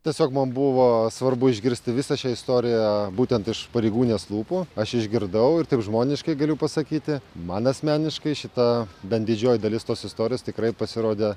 tiesiog man buvo svarbu išgirsti visą šią istoriją būtent iš pareigūnės lūpų aš išgirdau ir taip žmoniškai galiu pasakyti man asmeniškai šita bent didžioji dalis tos istorijos tikrai pasirodė